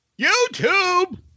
YouTube